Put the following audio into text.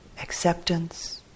acceptance